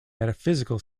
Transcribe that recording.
metaphysical